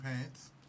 pants